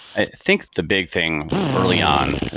i think the big thing early on, and